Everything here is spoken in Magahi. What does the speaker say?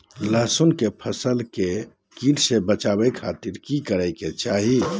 लहसुन के फसल के कीट से बचावे खातिर की करे के चाही?